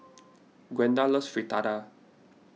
Gwenda loves Fritada